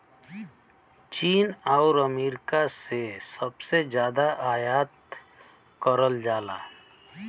चीन आउर अमेरिका से सबसे जादा आयात करल जाला